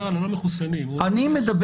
הנקודה השנייה, אני אומר